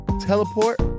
Teleport